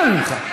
אנא ממך.